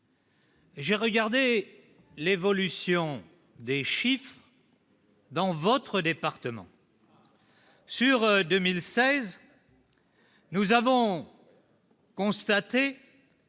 J'ai regardé l'évolution des chiffres. Dans votre département sur 2016, nous avons constaté